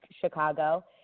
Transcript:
Chicago